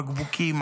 בקבוקים,